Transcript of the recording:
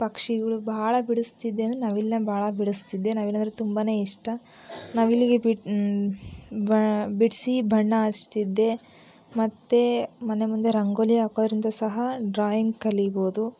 ಪಕ್ಷಿಗಳು ಭಾಳ ಬಿಡಿಸ್ತಿದ್ದೆ ಅಂದರೆ ನವಿಲನ್ನ ಭಾಳ ಬಿಡಿಸ್ತಿದ್ದೆ ನವಿಲಂದರೆ ತುಂಬ ಇಷ್ಟ ನವಿಲಿಗೆ ಬಿಡಿಸಿ ಬಣ್ಣ ಹಚ್ತಿದ್ದೆ ಮತ್ತು ಮನೆ ಮುಂದೆ ರಂಗೋಲಿ ಹಾಕೋರಿಂದ ಸಹ ಡ್ರಾಯಿಂಗ್ ಕಲೀಬೋದು